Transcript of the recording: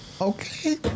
Okay